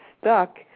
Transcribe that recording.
stuck